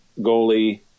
goalie